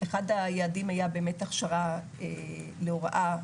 אחד היעדים היה באמת הכשרה להוראה